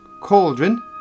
cauldron